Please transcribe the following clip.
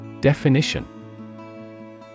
Definition